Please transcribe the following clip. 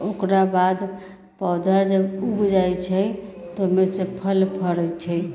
ओकराबाद पौधा जब ऊग जाइत छै तऽ ओहिमे से फल फड़ैत छै